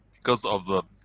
because of the.